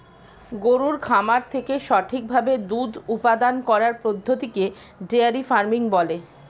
গরুর খামার থেকে সঠিক ভাবে দুধ উপাদান করার পদ্ধতিকে ডেয়ারি ফার্মিং বলে